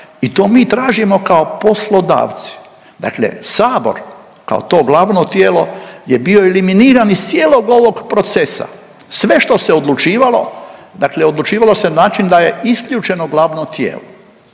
i to mi tražimo kao poslodavci. Dakle, Sabor kao to glavno tijelo je bio eliminiran iz cijelog ovog procesa, sve što se odlučivalo, dakle odlučivalo se na način da je isključeno glavno tijelo